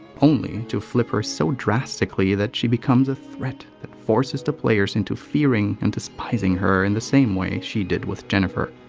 only to flip her so drastically that she becomes a threat that forces the players into fearing and despising her in the same way she did with jennifer.